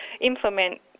implement